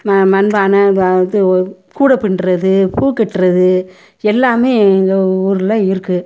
மண்பானை இது கூட பின்னுறது பூ கட்டுகிறது எல்லாமே எங்கள் ஊரில் இருக்குது